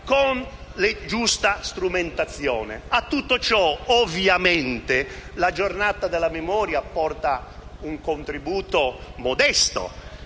con la giusta strumentazione. A tutto ciò, ovviamente, la giornata della memoria porta un contributo modesto,